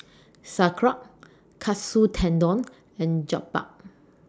Sauerkraut Katsu Tendon and Jokbal